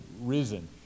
risen